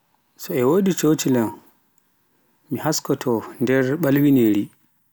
mi wodi e cocilan, mi haskoto nder balwineeri,